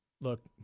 Look